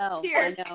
Cheers